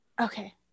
Okay